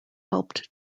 helped